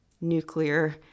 nuclear